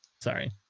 sorry